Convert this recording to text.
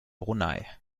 brunei